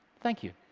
thank you.